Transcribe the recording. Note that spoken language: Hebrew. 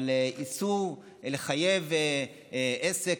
איסור על עסק,